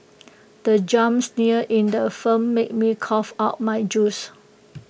the jump scare in the film made me cough out my juice